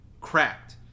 cracked